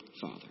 father